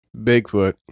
Bigfoot